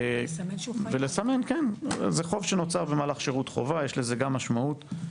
זה חוב שנוצר במהלך שרות חובה, יש לזה גם משמעות.